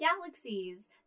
galaxies